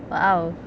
!wow!